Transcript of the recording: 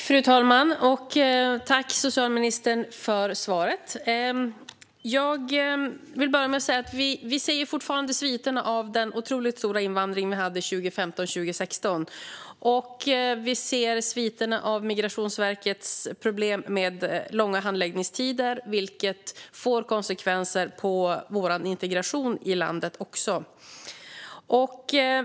Fru talman! Tack, socialministern, för svaret! Vi ser fortfarande sviterna av den otroligt stora invandring Sverige hade 2015-2016. Vi ser också sviterna av Migrationsverkets problem med långa handläggningstider, som får konsekvenser också för vår integration i landet.